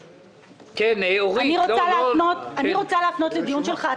אני רוצה להפנות לדיון שלך.